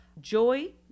Joy